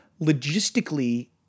logistically